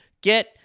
Get